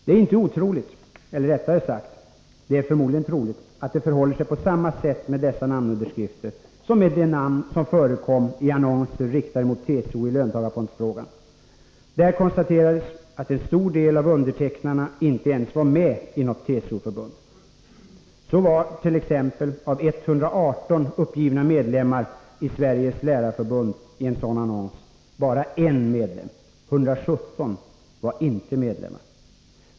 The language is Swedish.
Det är inte otroligt — eller rättare sagt: det är troligt — att det förhåller sig på samma sätt med dessa namnunderskrifter som med de namn som förekom i annonser riktade mot TCO i löntagarfondsfrågan. Där konstaterades att en stor del av undertecknarna inte ens var med i något TCO-förbund. Så var t.ex. av 118 uppgivna medlemmar i Sveriges Lärarförbund i en sådan annons bara en medlem — 117 var inte medlemmar.